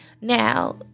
Now